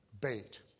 bait